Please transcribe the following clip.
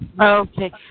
Okay